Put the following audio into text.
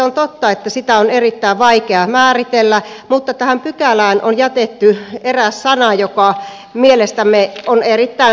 on totta että sitä on erittäin vaikea määritellä mutta tähän pykälään on jätetty eräs sana joka mielestämme on erittäin huono